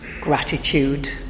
gratitude